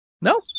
No